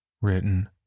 Written